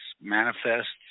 manifests